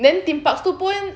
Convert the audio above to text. then theme parks tu pun